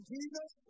Jesus